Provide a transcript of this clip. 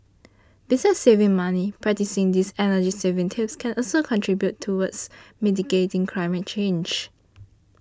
besides saving money practising these energy saving tips can also contribute towards mitigating climate change